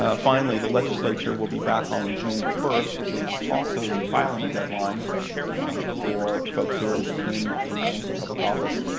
ah finally, the legislature will be back on june first, which is also the filing deadline for folks who are interested in in running for public office,